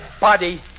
body